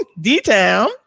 D-town